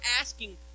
asking